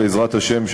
בעזרת השם,